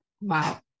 Wow